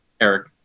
Eric